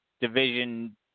division